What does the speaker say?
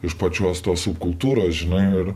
iš pačios tos kultūros žinai ir